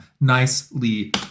Nicely